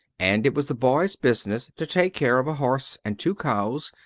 and it was the boy's business to take care of a horse and two cows,